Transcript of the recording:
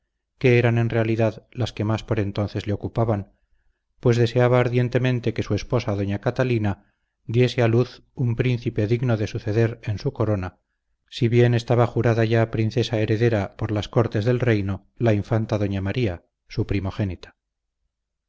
que eran en realidad las que más por entonces le ocupaban pues deseaba ardientemente que su esposa doña catalina diese a luz un príncipe digno de suceder en su corona si bien estaba jurada ya princesa heredera por las cortes del reino la infanta doña maría su primogénita